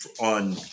on